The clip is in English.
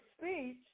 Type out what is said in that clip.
speech